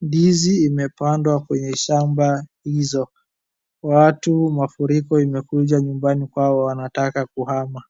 Ndizi imepandwa kwenye shamba hizo, watu mafuriko imekuja nyumbani kwao wanataka kuhama.